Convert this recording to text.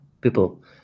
people